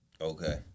Okay